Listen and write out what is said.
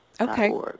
Okay